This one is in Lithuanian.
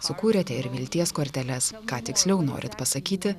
sukūrėte ir vilties korteles ką tiksliau norit pasakyti